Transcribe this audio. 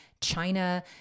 China